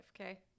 okay